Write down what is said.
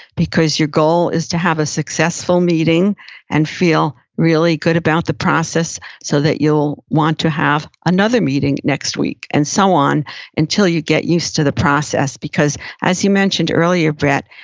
because your goal is to have a successful meeting and feel really good about the process so that you'll want to have another meeting next week and so on until you get used to the process. because, as you mentioned earlier, brett,